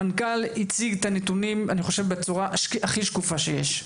המנכ"ל הציג את הנתונים אני חושב בצורה הכי שקופה שיש.